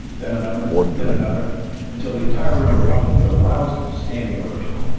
then another, then another until the entire room erupted with a rousing standing ovation,